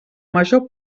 major